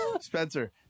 spencer